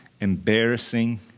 embarrassing